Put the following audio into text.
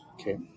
Okay